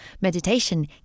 meditation